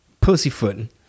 pussyfooting